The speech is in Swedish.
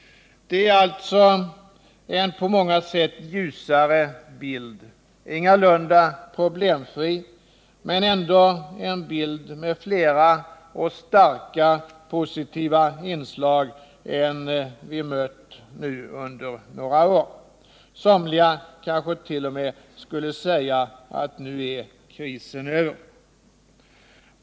Det är alltså en på många sätt ljusare bild — ingalunda problemfri, men ändå en bild med fler och starkare positiva inslag än vi mött under några år. Somliga kansket.o.m. skulle säga att nu är krisen över.